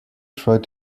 tried